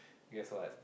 guess what